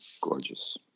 gorgeous